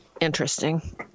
interesting